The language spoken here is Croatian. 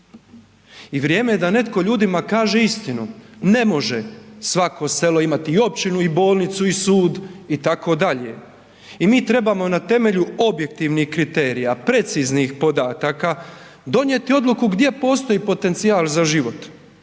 I vrijeme je da netko ljudima kaže istinu, ne može svako selo imati i općinu i bolnicu i sud itd. i mi trebamo na temelju objektivnih kriterija, preciznih podataka donijeti odluku gdje postoji potencijal za život,